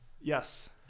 Yes